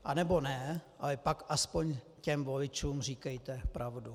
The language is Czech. Anebo ne, ale pak aspoň těm voličům říkejte pravdu.